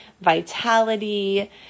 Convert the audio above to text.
vitality